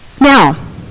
now